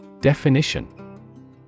Definition